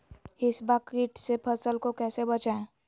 हिसबा किट से फसल को कैसे बचाए?